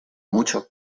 mucho